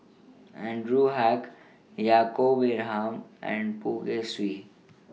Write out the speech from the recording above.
Anwarul Haque Yaacob Ibrahim and Poh Kay Swee